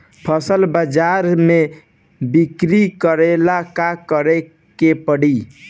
फसल बाजार मे बिक्री करेला का करेके परी?